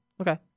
Okay